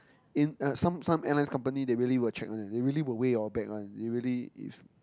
in uh some some airlines company they really will check one they really will weigh your bag one they really if